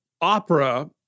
opera